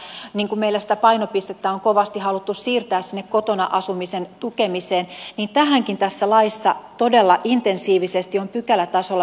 kun meillä sitä painopistettä on kovasti haluttu siirtää sinne kotona asumisen tukemiseen niin tähänkin tässä laissa todella intensiivisesti on pykälätasolla paneuduttu